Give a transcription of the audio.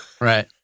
Right